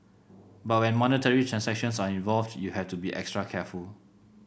but when monetary transactions are involved you have to be extra careful